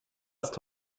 ist